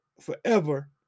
forever